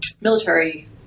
military